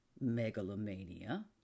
megalomania